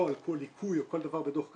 על כל ליקוי או כל דבר בדוח כספי,